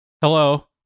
hello